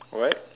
what